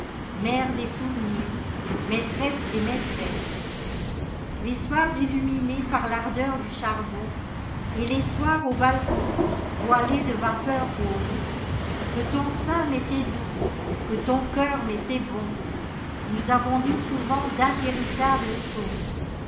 mère aes souvenirs maîtresse des maîtresses l les soirs illuminés par tardeur du charbon et les soirs au balcon voilés de vapeurs roses que ton sein m'était doux que ton cœur m'était bon nous avons dit souvent d'impérissables chosesles